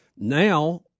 Now